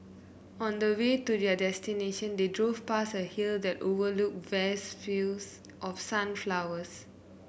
on the way to their destination they drove past a hill that overlooked vast fields of sunflowers